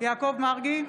יעקב מרגי,